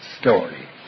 story